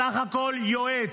סך הכול יועץ.